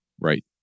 right